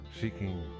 seeking